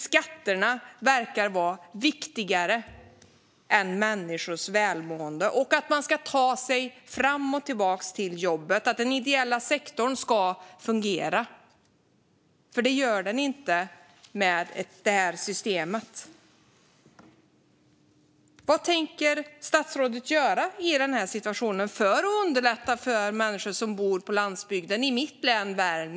Skatterna verkar vara viktigare än människors välmående och viktigare än att människor kan ta sig till och från jobbet och att den ideella sektorn fungerar; det gör den inte med det här systemet. Vad tänker statsrådet göra i den här situationen för att underlätta för människor som bor på landsbygden i mitt län Värmland?